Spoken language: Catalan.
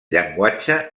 llenguatge